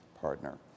partner